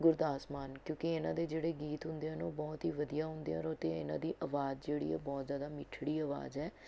ਗੁਰਦਾਸ ਮਾਨ ਕਿਉਂਕਿ ਇਨ੍ਹਾਂ ਦੇ ਜਿਹੜੇ ਗੀਤ ਹੁੰਦੇ ਹਨ ਉਹ ਬਹੁਤ ਹੀ ਵਧੀਆ ਹੁੰਦੇ ਹਨ ਅਤੇ ਇਨ੍ਹਾਂ ਦੀ ਆਵਾਜ਼ ਜਿਹੜੀ ਹੈ ਬਹੁਤ ਜ਼ਿਆਦਾ ਮਿੱਠੜੀ ਆਵਾਜ਼ ਹੈ